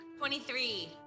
23